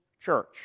church